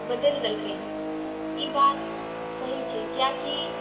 बदलि देलकै हेँ ई बात सही छै किआकि